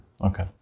okay